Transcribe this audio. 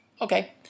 Okay